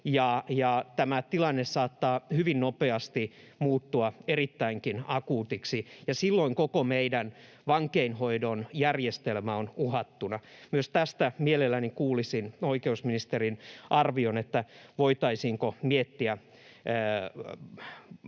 tämä tilanne saattaa hyvin nopeasti muuttua erittäinkin akuutiksi, ja silloin koko meidän vankeinhoidon järjestelmä on uhattuna. Myös tästä mielelläni kuulisin oikeusministerin arvion, voitaisiinko miettiä